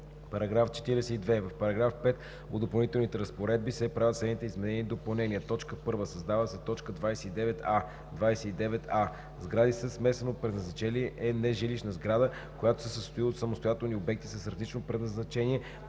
§ 42: „§ 42. В § 5 от Допълнителните разпоредби се правят следните изменения и допълнения: 1. Създава се т. 29а: „29а. „Сграда със смесено предназначение“ е нежилищна сграда, която се състои от самостоятелни обекти с различно предназначение,